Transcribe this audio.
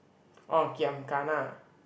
orh giam kana